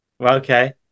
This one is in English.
okay